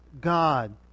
God